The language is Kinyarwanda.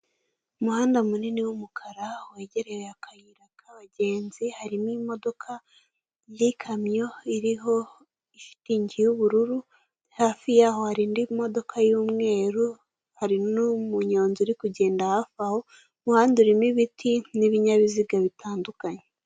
Umuhanda munini w'umukara wegereye akayira k'abagenzi harimo imodoka y'ikamyo iriho shitingi yubururu hafi yaho hari indi modoka y'umweru hari n'umunyonzi uri kugenda hafi aho, umuhanda urimo ibiti n'ibinyabiziga bitandukanye .